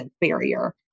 barrier